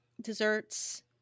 desserts